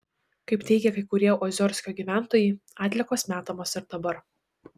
kaip teigia kai kurie oziorsko gyventojai atliekos metamos ir dabar